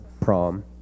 prom